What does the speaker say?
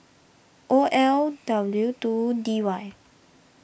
O L W two D Y